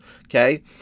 okay